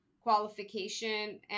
qualification